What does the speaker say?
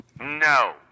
No